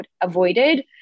avoided